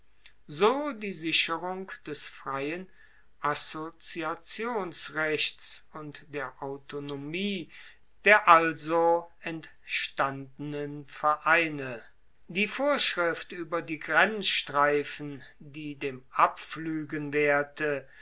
so die sicherung des freien assoziationsrechts und der autonomie der also entstandenen vereine die vorschrift ueber die grenzstreifen die dem abpfluegen wehrte